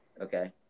Okay